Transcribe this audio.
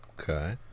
Okay